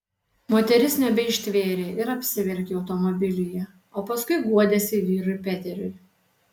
moteris nebeištvėrė ir apsiverkė automobilyje o paskui guodėsi vyrui peteriui